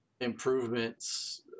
improvements